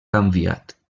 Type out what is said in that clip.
canviat